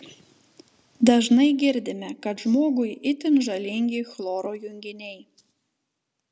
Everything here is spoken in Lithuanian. dažnai girdime kad žmogui itin žalingi chloro junginiai